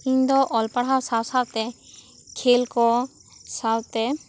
ᱤᱧ ᱫᱚ ᱚᱞ ᱯᱟᱲᱦᱟᱣ ᱥᱟᱶ ᱥᱟᱶ ᱛᱮ ᱠᱷᱮᱞ ᱠᱚ ᱥᱟᱶ ᱛᱮ